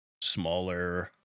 smaller